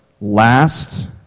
Last